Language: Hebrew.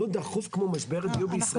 לא דחוף כמו משבר הדיור בישראל?